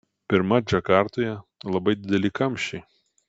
pirma džakartoje labai dideli kamščiai